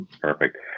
perfect